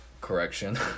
correction